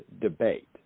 debate